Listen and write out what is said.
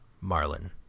Marlin